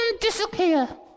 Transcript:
disappear